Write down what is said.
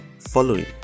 Following